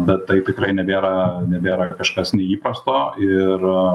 bet tai tikrai nebėra nebėra kažkas neįprasto ir